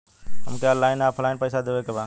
हमके ऑनलाइन या ऑफलाइन पैसा देवे के बा?